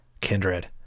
*Kindred*